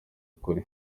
ukuri